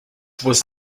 was